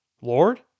Lord